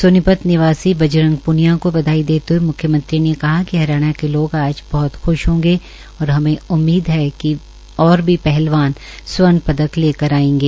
सोनीपत निवासी बजरंग प्निया को बधाई देते हए म्ख्यमंत्री ने कहा की हरियाणा के लोग आज बहत ख्श होंगे और हमे उम्मीद है की और भी पहलवान स्वर्ण पदक ले कर आएंगे